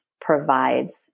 provides